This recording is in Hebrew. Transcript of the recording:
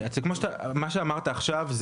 כמו שאמרת עכשיו,